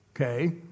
Okay